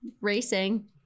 Racing